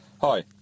Hi